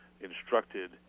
instructed